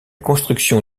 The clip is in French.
construction